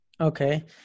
Okay